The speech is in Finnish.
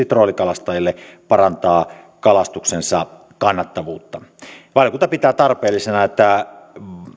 troolikalastajille parantaa kalastuksensa kannattavuutta valiokunta pitää tarpeellisena että